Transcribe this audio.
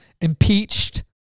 impeached